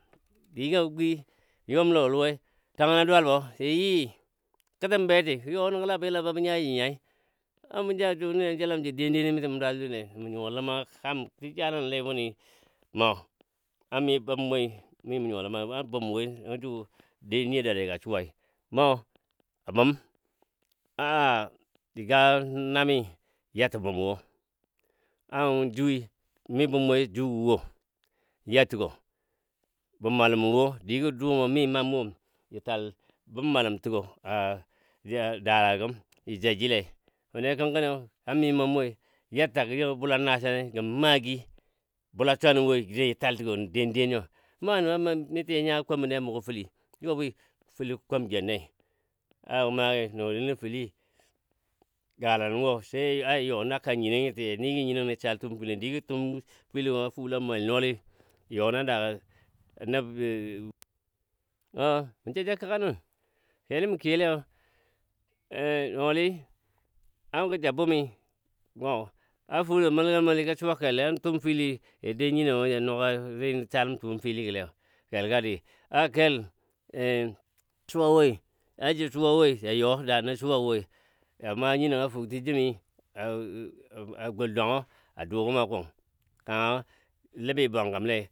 Digɔ gwi yom lɔ luwai tangəna dwalbo sə yiyi kətəm beti nə you nəngɔ la nən yila banən nyaji nyai, namu jala junile a yilam jə denden ni misɔ mɔ dwal jəlle mə nyuwa mɔ a bum a lema kam jəjalənne wuni mɔ, an mɨɨ bum woi mɨmɔ nyuwa ləma le a bum woi nəngɔ ju di nyiyo dadiya ga suwai mɔ a bum aja ga nami yatə bumɔ wo a juu mɨ bum woi juu gɔ wo yatəgo, bumalən wo digə dumo mi mamwo ja tal bum malən təgo a ja dala gə gəm ja jaji le wuni kənkəniyo a mi mamwoi yatag jengɔ bula nasanai gən maggi bula swano woi jə da tal təno nən dendən nyo manyən mishi jə nya kɔmən ne a mugɔ fəli. juwa bwɨ fəllɔ komjenne na manyi nɔɔli nɔ fəli galanɔ wo sai a ja you nən a kan nyenongi se yaja niji nyinɔng saltəm fəli digɔ tummɔ fələnɔ fəlɔ məl nɔɔli you nən na daa nəb ɔ mə jaja kəka nən kelni mɔ kiyo leyo nɔɔli agə ja bumi wo a fullo məlgən məli gə suwa kelle a tumm fili ja dou nyinongɔ ja nuga nɨ saləm tum fili gɔ lei kel ga a dɨɨ a kel suwa woi a jə suwa woi ja you a daa nə suwa wai ja maa nyinɔngɔ a fəktigəmi a a gwol dwangɔ a duugəm a kun kanga ləbi bwangəm lei.